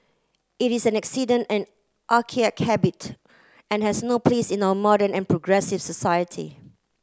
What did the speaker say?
it is an accident and archaic habit and has no place in our modern and progressive society